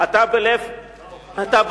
אתה בלב שלם,